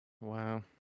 Wow